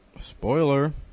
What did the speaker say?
Spoiler